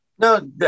No